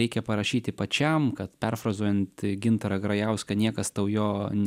reikia parašyti pačiam kad perfrazuojant gintarą grajauską niekas tau jo ne